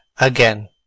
again